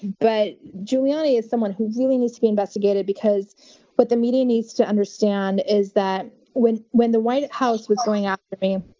but giuliani is someone who really needs to be investigated, because what the media needs to understand is that when when the white house was going after me,